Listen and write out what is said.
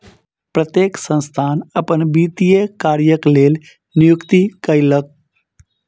प्रत्येक संस्थान अपन वित्तीय कार्यक लेल नियुक्ति कयलक